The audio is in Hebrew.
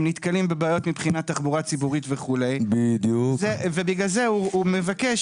נתקלים בבעיות מבחינת תחבורה ציבורית וכו' ובגלל זה הוא מבקש,